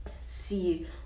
see